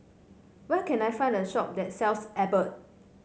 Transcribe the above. where can I find a shop that sells Abbott